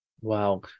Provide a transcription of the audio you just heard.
Wow